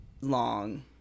long